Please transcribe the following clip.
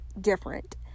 different